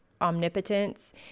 omnipotence